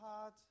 heart